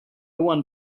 one